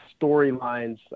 storylines